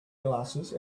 glasses